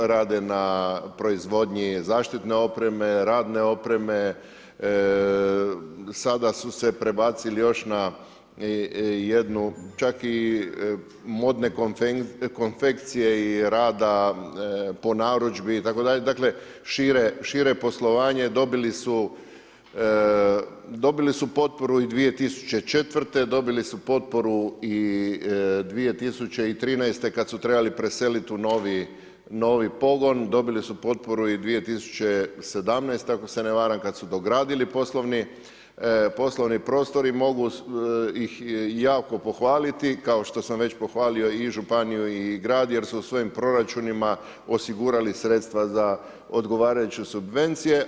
Rade na proizvodnji zaštitne opreme, radne opreme, sada su se prebacili još na jednu čak i modne konfekcije i rada po narudžbi, itd. dakle, šire poslovanje dobili su potporu i 2004., dobili su potporu 2013. kada su trebali preseliti u novi pogon, dobili su potporu i 2017. ako se ne varam, kad su ugradili poslovni prostor i mogu ih jako pohvaliti, kao što sam već pohvalio i županiju i grad, jer su u svojim proračunima osigurali sredstva za odgovarajuće subvencije.